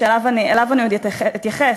שאליו אני עוד אתייחס,